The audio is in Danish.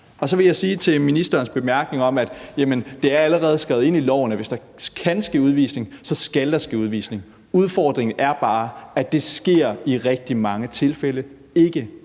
Så vil jeg sige til ministerens bemærkning om, at det allerede er skrevet ind i loven, at hvis der kan ske udvisning, så skal der ske udvisning, at udfordringen bare er, at det i rigtig mange tilfælde ikke